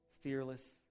fearless